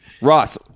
Ross